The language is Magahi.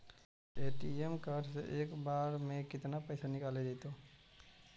ए.टी.एम कार्ड से एक बार में केतना पैसा निकल जइतै?